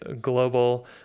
global